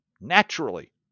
naturally